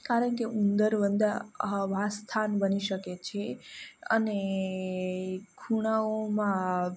કારણ કે ઉંદર વંદા વાસસ્થાન બની શકે છે અને ખૂણાઓમાં